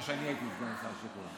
לא כשאני הייתי סגן שר השיכון,